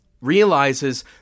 realizes